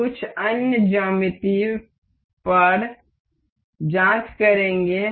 हम कुछ अन्य ज्यामिति पर जाँच करेंगे